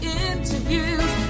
interviews